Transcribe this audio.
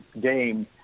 game